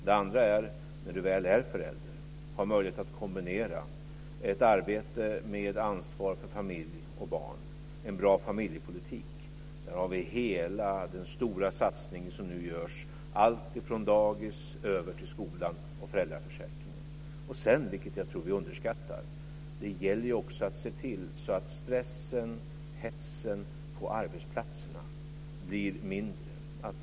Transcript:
Det andra är att man när man väl är förälder har möjlighet att kombinera ett arbete med ansvar för familj och barn - en bra familjepolitik. Där har vi hela den stora satsning som nu görs - alltifrån dagis över till skolan och föräldraförsäkringen. Sedan gäller det också, vilket jag tror att vi underskattar, att se till att stressen och hetsen på arbetsplatserna blir mindre.